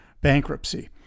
bankruptcy